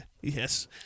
Yes